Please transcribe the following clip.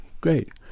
Great